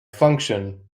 function